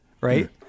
right